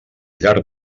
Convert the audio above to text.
llarg